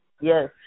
Yes